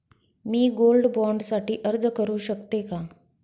मी gold bond साठी अर्ज करु शकते का?